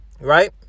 Right